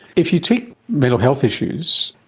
if you take mental health issues,